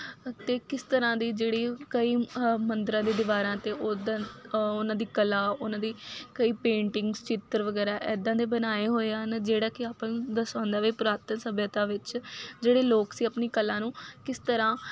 ਅਤੇ ਕਿਸ ਤਰ੍ਹਾਂ ਦੀ ਜਿਹੜੀ ਕਈ ਮੰਦਰਾਂ ਦੇ ਦੀਵਾਰਾਂ 'ਤੇ ਉਦ ਉਹਨਾਂ ਦੀ ਕਲਾ ਉਹਨਾਂ ਦੀ ਕਈ ਪੇਂਟਿੰਗ ਚਿੱਤਰ ਵਗੈਰਾ ਇੱਦਾਂ ਦੇ ਬਣਾਏ ਹੋਏ ਹਨ ਜਿਹੜਾ ਕਿ ਆਪਾਂ ਨੂੰ ਦਰਸਾਉਂਦਾ ਵੀ ਪੁਰਾਤਨ ਸਭਿਅਤਾ ਵਿੱਚ ਜਿਹੜੇ ਲੋਕ ਸੀ ਆਪਣੀ ਕਲਾ ਨੂੰ ਕਿਸ ਤਰ੍ਹਾਂ